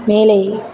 மேலே